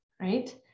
right